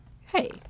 hey